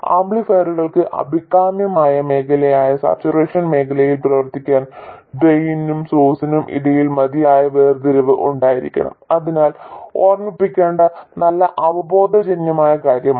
ആംപ്ലിഫയറുകൾക്ക് അഭികാമ്യമായ മേഖലയായ സാച്ചുറേഷൻ മേഖലയിൽ പ്രവർത്തിക്കാൻ ഡ്രെയിനിനും സോഴ്സിനും ഇടയിൽ മതിയായ വേർതിരിവ് ഉണ്ടായിരിക്കണം അതിനാൽ ഓർമ്മിക്കേണ്ട നല്ല അവബോധജന്യമായ കാര്യമാണ്